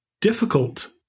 difficult